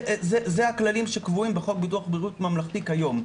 זה הכללים שקבועים בחוק ביטוח בריאות ממלכתי כיום.